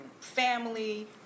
family